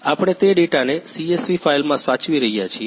આપણે તે ડેટા ને CSV ફાઈલ માં સાચવી રહ્યા છીએ